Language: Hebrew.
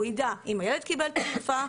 והוא ידע אם הילד קיבלת תרופה,